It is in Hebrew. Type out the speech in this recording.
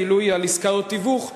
גילוי על עסקאות תיווך,